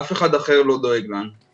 אף אחד אחר לא דואג לנו.